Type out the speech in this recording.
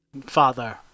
father